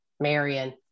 Marion